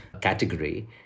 category